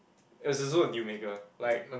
it was also a deal maker like